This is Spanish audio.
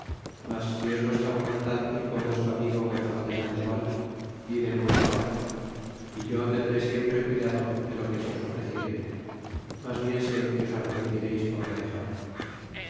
mas si es vuestra voluntad ir con vuestro amigo gonzalo de sandoval id en buena hora é yo tendré siempre cuidado de lo que se os ofreciere mas bien sé que os arrepentíreis por me dexar